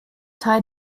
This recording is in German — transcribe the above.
teil